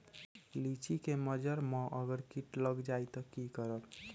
लिचि क मजर म अगर किट लग जाई त की करब?